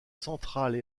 centrales